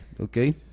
okay